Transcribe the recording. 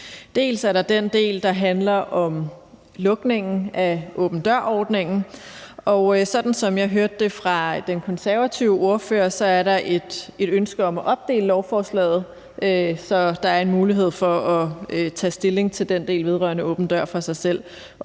Der er den del, der handler om lukningen af åben dør-ordningen, og sådan som jeg hørte det fra den konservative ordfører, er der et ønske om at opdele lovforslaget, så der er en mulighed for at tage stilling til den del vedrørende åben dør-ordningen